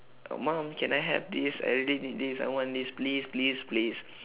mum can I have this I really need this I want this please please please